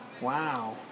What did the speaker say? Wow